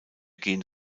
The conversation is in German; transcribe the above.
gehen